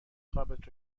خوابت